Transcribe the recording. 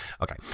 Okay